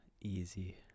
Easy